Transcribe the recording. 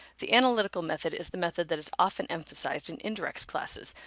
the analytical method is the method that is often emphasized in indirects classes,